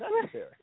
necessary